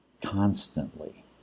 Constantly